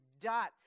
dot